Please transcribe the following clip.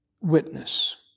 witness